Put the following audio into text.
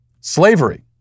Slavery